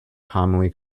commonly